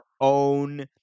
own